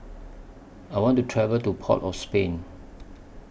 I want to travel to Port of Spain